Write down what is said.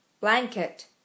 Blanket